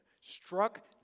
struck